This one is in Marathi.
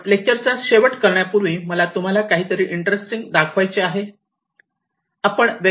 आपण लेक्चरचा शेवट करण्यापूर्वी मला तुम्हाला काहीतरी इंटरेस्टिंग दाखवायचे आहे